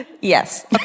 Yes